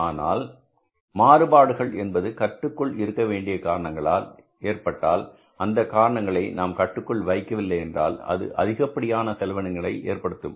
ஆனால் மாறுபாடுகள் என்பது கட்டுக்குள் இருக்கவேண்டிய காரணங்களால் ஏற்பட்டால் அந்த காரணங்களை நாம் கட்டுக்குள் வைக்க வில்லை என்றால் அது அதிகப்படியான செலவினங்களை ஏற்படுத்தும்